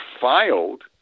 filed